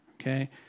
okay